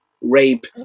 rape